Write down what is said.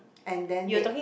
and then they